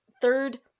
third